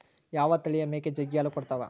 ಯಾವ ತಳಿಯ ಮೇಕೆ ಜಗ್ಗಿ ಹಾಲು ಕೊಡ್ತಾವ?